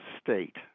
state